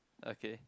okay